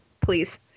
please